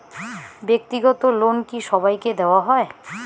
ব্যাক্তিগত লোন কি সবাইকে দেওয়া হয়?